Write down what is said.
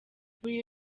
buri